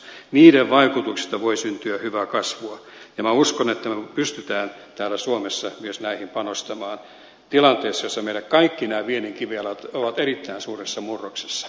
niiden vaikutuksista voi syntyä hyvää kasvua ja minä uskon että me pystymme täällä suomessa myös näihin panostamaan tilanteessa jossa meidän kaikki viennin kivijalkamme ovat erittäin suuressa murroksessa